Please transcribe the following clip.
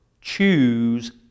choose